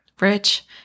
rich